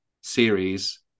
series